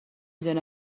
دونه